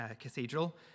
cathedral